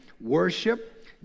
worship